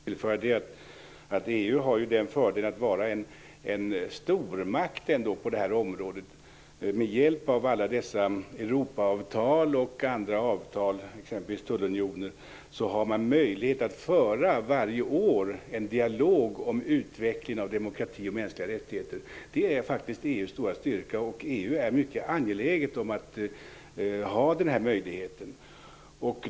Fru talman! Jag vill bara tillföra att EU ju har fördelen av att vara en stormakt på det här området. Med hjälp av alla dessa Europaavtal och andra avtal, exempelvis tullunioner, har man möjlighet att varje år föra en dialog om utvecklingen av demokrati och mänskliga rättigheter. Det är faktiskt EU:s stora styrka, och EU är mycket angeläget om att ha den här möjligheten.